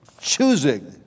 Choosing